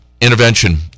intervention